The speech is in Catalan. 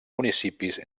municipis